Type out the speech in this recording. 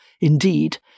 indeed